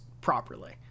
properly